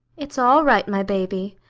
it's all right, my baby.